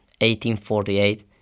1848